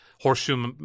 horseshoe